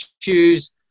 choose